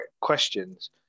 questions